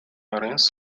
marins